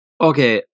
Okay